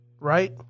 Right